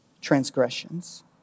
transgressions